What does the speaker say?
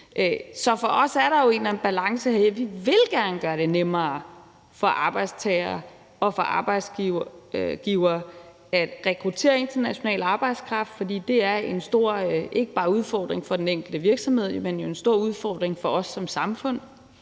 Så for os er der jo en eller anden balance her. Vi vil gerne gøre det nemmere for arbejdstagere og for arbejdsgivere at rekruttere international arbejdskraft, for det er en stor udfordring, ikke bare for den enkelte virksomhed, men jo en stor udfordring for os som samfund.